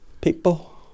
people